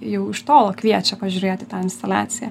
jau iš tolo kviečia pažiūrėti tą instaliaciją